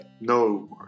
no